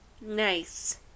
Nice